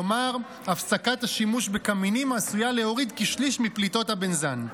כלומר הפסקת השימוש בקמינים עשויה להוריד כשליש מפליטות הבנזן.